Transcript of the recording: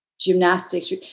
gymnastics